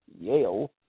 Yale